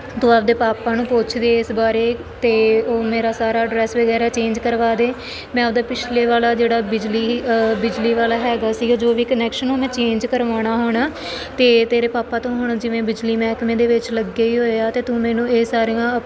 ਤੂੰ ਆਪਦੇ ਪਾਪਾ ਨੂੰ ਪੁੱਛ ਦੇ ਇਸ ਬਾਰੇ ਅਤੇ ਉਹ ਮੇਰਾ ਸਾਰਾ ਐਡਰੈਸ ਵਗੈਰਾ ਚੇਂਜ ਕਰਵਾ ਦੇ ਮੈਂ ਆਪਦੇ ਪਿਛਲੇ ਵਾਲਾ ਜਿਹੜਾ ਬਿਜਲੀ ਬਿਜਲੀ ਵਾਲਾ ਹੈਗਾ ਸੀਗਾ ਜੋ ਵੀ ਕਨੈਕਸ਼ਨ ਉਹ ਮੈਂ ਚੇਂਜ ਕਰਵਾਉਣਾ ਹੁਣ ਅਤੇ ਤੇਰੇ ਪਾਪਾ ਤਾਂ ਹੁਣ ਜਿਵੇਂ ਬਿਜਲੀ ਮਹਿਕਮੇ ਦੇ ਵਿੱਚ ਲੱਗੇ ਹੀ ਹੋਏ ਆ ਅਤੇ ਤੂੰ ਮੈਨੂੰ ਇਹ ਸਾਰੀਆਂ